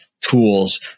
tools